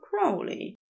Crowley